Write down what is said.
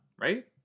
right